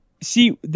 See